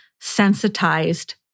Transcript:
sensitized